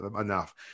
enough